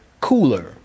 cooler